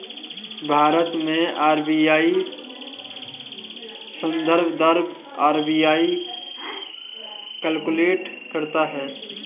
भारत में आर.बी.आई संदर्भ दर आर.बी.आई कैलकुलेट करता है